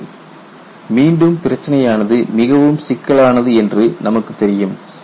இங்கே மீண்டும் பிரச்சினையானது மிகவும் சிக்கலானது என்று நமக்கு தெரியும்